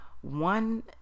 one